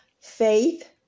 faith